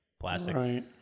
plastic